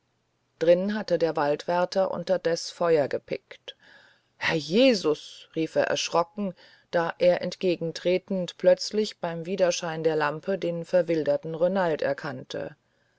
drin hatte der waldwärter unterdes feuer gepinkt herr jesus rief er erschrocken da er entgegentretend plötzlich beim widerschein der lampe den verwilderten renald erkannte